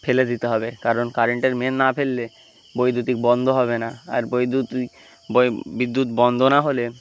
ফেলে দিতে হবে কারণ কারেন্টের মেইন না ফেললে বৈদ্যুতিক বন্ধ হবে না আর বৈদ্যুতিক বিদ্যুৎ বন্ধ না হলে